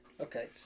Okay